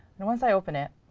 and once i open it,